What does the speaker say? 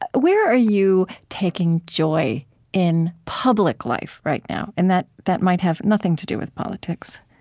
ah where are you taking joy in public life right now? and that that might have nothing to do with politics